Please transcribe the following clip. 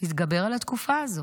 להתגבר על התקופה הזאת.